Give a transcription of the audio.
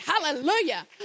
Hallelujah